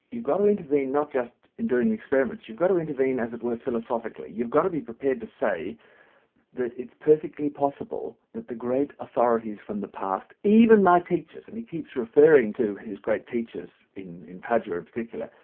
you've got to intervene not just in doing experiments, you've got to intervene as it were philosophically, you've got to be prepared to say that it's perfectly possible that the great authorities from the past, even my teachers, and he keeps referring to his great teachers in in padua in particular,